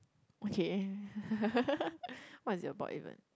okay what is it about even